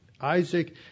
Isaac